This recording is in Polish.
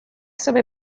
sobie